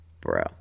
Bro